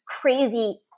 crazy